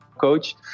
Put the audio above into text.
coach